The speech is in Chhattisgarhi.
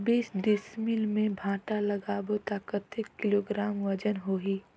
बीस डिसमिल मे भांटा लगाबो ता कतेक किलोग्राम वजन होही?